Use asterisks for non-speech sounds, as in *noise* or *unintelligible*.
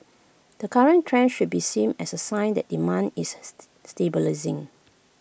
the current trend should be seen as A sign that demand is *unintelligible* stabilising